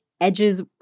Edges